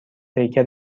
پیکر